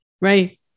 Right